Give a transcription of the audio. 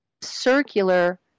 circular